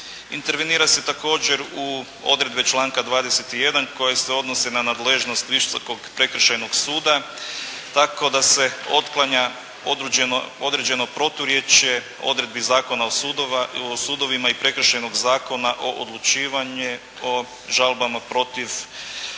Intervenira se također u odredbe članka 21. koje se odnose na nadležnost visokog prekršajnog suda tako da se otklanja određeno proturječje odredbi Zakona o sudovima i prekršajnog zakona o odlučivanju žalbama,